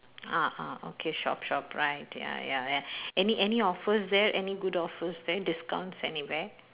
ah ah okay shop shop right ya ya ya any any offers there any good offers there discounts anywhere